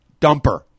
dumper